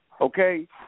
Okay